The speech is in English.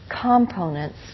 components